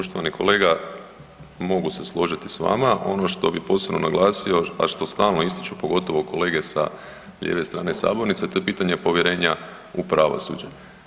Poštovani kolega, mogu se složiti s vama, ono što bi posebno naglasio a što stalno ističu, pogotovo kolege sa lijeve strane sabornice a to je pitanje povjerenja u pravosuđe.